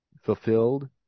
fulfilled